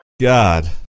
god